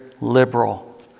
liberal